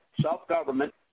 self-government